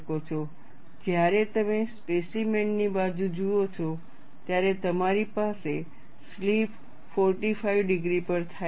અને જ્યારે તમે સ્પેસીમેન ની બાજુ જુઓ છો ત્યારે તમારી પાસે સ્લિપ 45 ડિગ્રી પર થાય છે